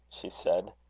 she said.